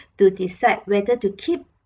to decide whether to keep